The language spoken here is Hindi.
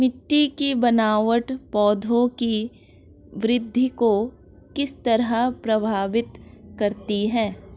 मिटटी की बनावट पौधों की वृद्धि को किस तरह प्रभावित करती है?